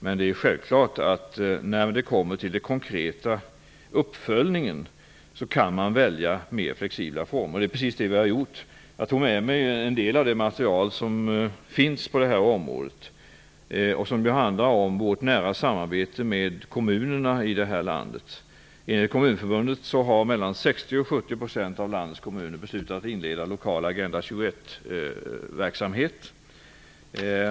Men det är självklart att man, när det kommer till den konkreta uppföljningen, kan välja mer flexibla former. Det är precis det vi har gjort. Jag tog med mig en del av det material som finns på det här området och som handlar om vårt nära samarbete med kommunerna i det här landet. av landets kommuner beslutat att inleda lokal Agenda 21-verksamhet.